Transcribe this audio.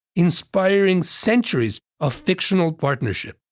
inspiring centuries of fictional partnerships.